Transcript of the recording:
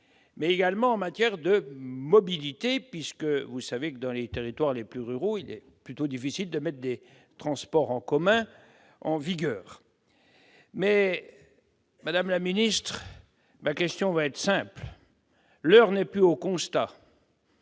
mais également de mobilité, puisque, vous le savez, dans les territoires les plus ruraux, il est plutôt difficile de mettre en place des transports en commun. Madame la ministre, ma question va être simple. L'heure n'est plus au constat,